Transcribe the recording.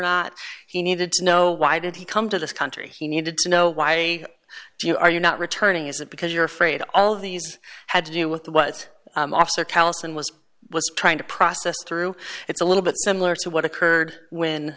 not he needed to know why did he come to this country he needed to know why you are you're not returning is it because you're afraid all of these had to do with what officer callous and was trying to process through it's a little bit similar to what occurred when